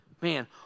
Man